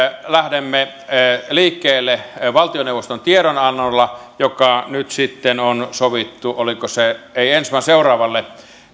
lähdemme liikkeelle valtioneuvoston tiedonannolla joka nyt sitten on sovittu oliko se ei ensi vaan seuraavalle